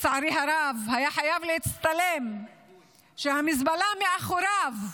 לצערי הרב, הוא היה חייב להצטלם כשהמזבלה מאחוריו,